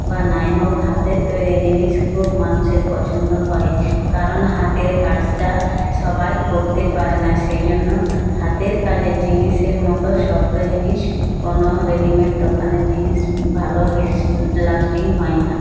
বা নাই হোক হাতের তৈরি জিনিস খুব মানুষের পছন্দ হয় কারণ হাতের কাজটা সবাই করতে পারে না সেই জন্য হাতের কাজের জিনিসের মতো শক্ত জিনিস কোনো রেডিমেড দোকানের জিনিস ভালো লাস্টিং হয় না